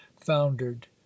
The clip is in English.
foundered